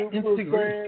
Instagram